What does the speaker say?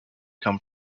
come